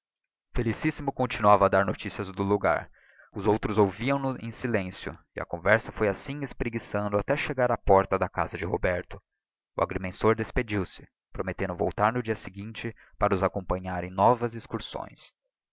felicissimo continuava a dar noticias do logar os outros ouviam no em silencio e a conversar foi assim espreguiçando até chegarem á porta da casa de roberto o agrimensor despediu-se promettendo voltar no dia seguinte para os acompanhar em novas excursões